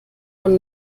von